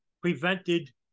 prevented